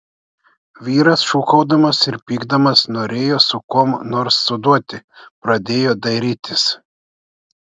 vyras šūkaudamas ir pykdamas norėjo su kuom nors suduoti pradėjo dairytis